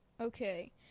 Okay